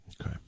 Okay